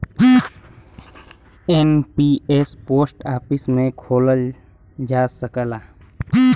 NPS post office में खोलल जा सकला